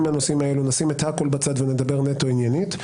בנושאים הללו לשים הכול בצד ולדבר נטו עניינית.